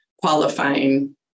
qualifying